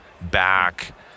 back